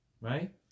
Right